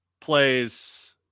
plays